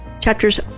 chapters